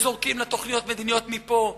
וזורקים לה תוכניות מדיניות מפה ומשם,